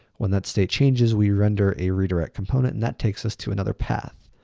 when that state changes, we render a redirect component and that takes us to another path.